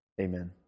Amen